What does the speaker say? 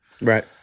Right